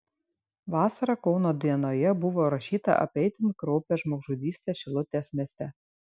vasarą kauno dienoje buvo rašyta apie itin kraupią žmogžudystę šilutės mieste